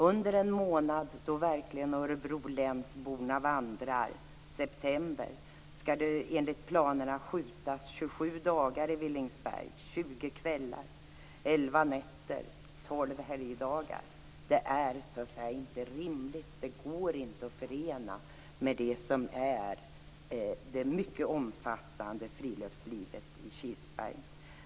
Under en månad då invånarna i Örebro län verkligen vandrar, september, skall det enligt planerna skjutas helgdagar. Det är inte rimligt. Det går inte att förena med det mycket omfattande friluftslivet i Kilsbergen.